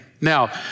Now